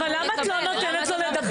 אבל למה את לא נותנת לו לדבר?